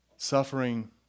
Suffering